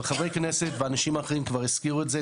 חברי כנסת, ואנשים אחרים כבר הזכירו את זה.